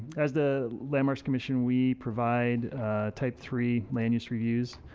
as the landmarks commission, we provide type three land use reviews.